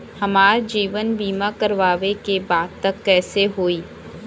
हमार जीवन बीमा करवावे के बा त कैसे होई?